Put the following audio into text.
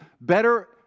better